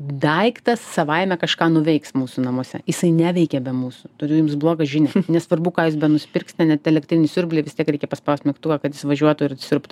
daiktas savaime kažką nuveiks mūsų namuose jisai neveikia be mūsų turiu jums blogą žinią nesvarbu ką jis benusipirksite net elektrinį siurblį vis tiek reikia paspaust mygtuką kad jis važiuotų ir siurbtų